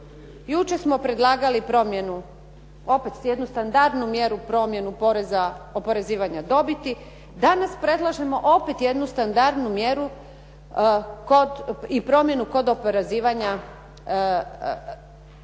Jučer smo predlagali promjenu, opet jednu standardnu mjeru promjenu oporezivanja dobiti. Danas predlažemo opet jednu standardnu mjeru i promjenu kod oporezivanja trgovine